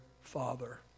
father